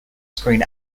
screen